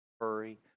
Hurry